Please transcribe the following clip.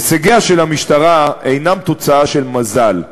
הישגיה של המשטרה אינם תוצאה של מזל,